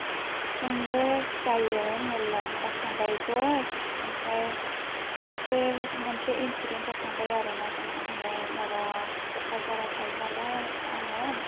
जोंबो जायो मेरला जाखांबायबो ओमफ्राय खेनसे मोनसे इनसिदेन्थ जाखांबाय आरोना जोंजों हाय माबा कक्राझाराव थायो नालाय आङो